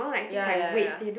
ya ya ya